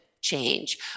change